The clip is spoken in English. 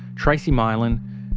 tracey mylan,